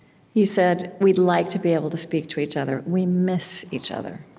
you said, we'd like to be able to speak to each other. we miss each other.